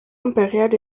impériale